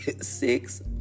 six